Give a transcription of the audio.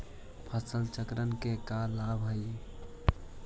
फसल चक्रण के का लाभ हई?